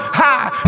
high